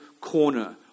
corner